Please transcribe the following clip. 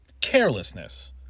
carelessness